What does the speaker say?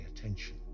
attention